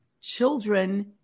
children